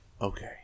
Okay